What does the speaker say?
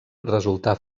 resultà